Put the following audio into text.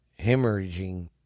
hemorrhaging